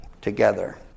together